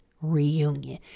reunion